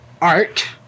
Art